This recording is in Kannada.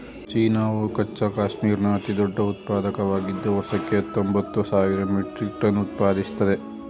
ಚೀನಾವು ಕಚ್ಚಾ ಕ್ಯಾಶ್ಮೀರ್ನ ಅತಿದೊಡ್ಡ ಉತ್ಪಾದಕವಾಗಿದ್ದು ವರ್ಷಕ್ಕೆ ಹತ್ತೊಂಬತ್ತು ಸಾವಿರ ಮೆಟ್ರಿಕ್ ಟನ್ ಉತ್ಪಾದಿಸ್ತದೆ